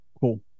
Cool